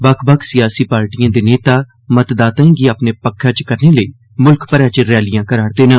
बक्ख बक्ख सियासी पार्टिएं दे नेता मतदाताएं गी अपने पक्खै च करने लेई मुल्ख मरै च रैलियां करा'रदे न